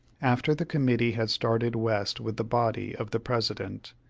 after the committee had started west with the body of the president,